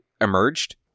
emerged